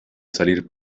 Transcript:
salir